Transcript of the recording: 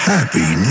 Happy